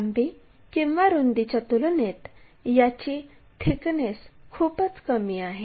लांबी किंवा रुंदीच्या तुलनेत याची थिकनेस खूपच कमी आहे